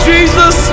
Jesus